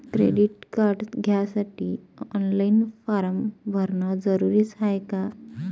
Credit card घ्यासाठी online form भरन जरुरीच हाय का?